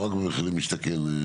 לא רק במחיר למשתכן.